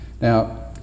Now